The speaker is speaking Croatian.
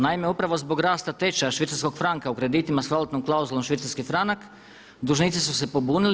Naime, upravo zbog rasta tečaja švicarskog franka u kreditima s valutnom klauzulom švicarski franak dužnici su se pobuni.